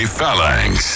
Phalanx